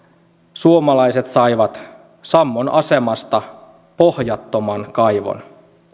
suomalaiset saivat sammon asemasta pohjattoman kaivon